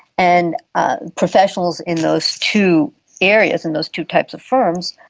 and ah professionals in those two areas, in those two types of firms,